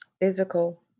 physical